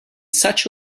such